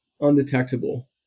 undetectable